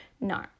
No